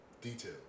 detail